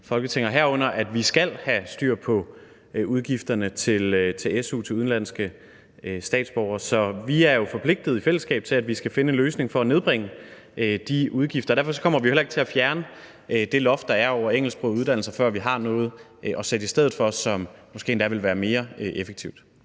Folketinget, herunder at vi skal have styr på udgifterne til su til udenlandske statsborgere. Så vi er jo forpligtet i fællesskab til, at vi skal finde en løsning for at nedbringe de udgifter, og derfor kommer vi heller ikke til at fjerne det loft, der er over engelsksprogede uddannelser, før vi har noget at sætte i stedet for, som måske endda vil være mere effektivt.